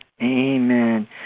Amen